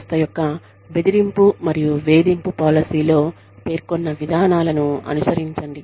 సంస్థ యొక్క బెదిరింపు మరియు వేధింపు పాలసీలో పేర్కొన్న విధానాలను అనుసరించండి